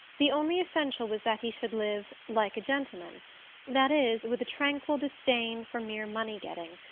the only essential was that he should live like a gentleman that is, with a tranquil disdain for mere money-getting,